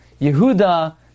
Yehuda